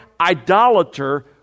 idolater